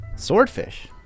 Swordfish